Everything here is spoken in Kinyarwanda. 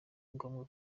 ngombwa